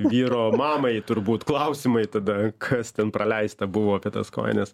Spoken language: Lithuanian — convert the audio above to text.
vyro mamai turbūt klausimai tada kas ten praleista buvo apie tas kojines